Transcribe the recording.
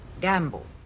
gamble